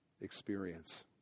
experience